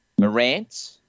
Morant